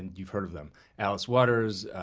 and you've heard of them alice waters,